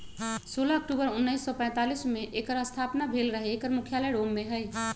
सोलह अक्टूबर उनइस सौ पैतालीस में एकर स्थापना भेल रहै एकर मुख्यालय रोम में हइ